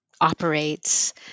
operates